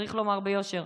צריך לומר ביושר,